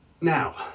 Now